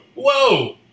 whoa